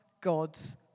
God's